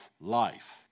life